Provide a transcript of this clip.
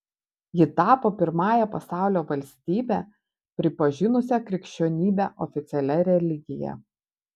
ji tapo pirmąja pasaulio valstybe pripažinusia krikščionybę oficialia religija